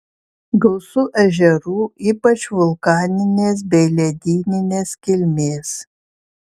gausu ežerų ypač vulkaninės bei ledyninės kilmės